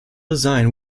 design